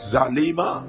Zalima